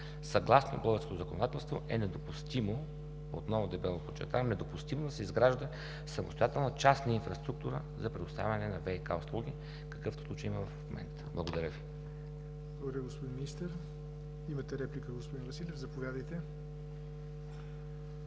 Съгласно българското законодателство е недопустимо, отново дебело подчертавам: недопустимо е да се изгражда самостоятелна частна инфраструктура за предоставяне на ВиК услуги, какъвто случай има в момента. Благодаря Ви. ПРЕДСЕДАТЕЛ ЯВОР НОТЕВ: Благодаря, господин Министър- Имате реплика, господин Василев, заповядайте!